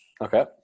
Okay